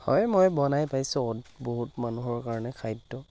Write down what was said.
হয় মই বনাই পাইছোঁ বহুত মানুহৰ কাৰণে খাদ্য